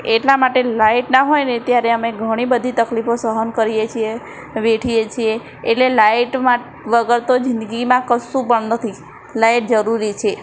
એટલા માટે લાઇટ ના હોય ને ત્યારે અમે ઘણી બધી તકલીફો સહન કરીએ છીએ વેઠીએ છીએ એટલે લાઇટમાં વગર તો જિંદગીમાં કશું પણ નથી લાઇટ જરૂરી છે